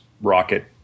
rocket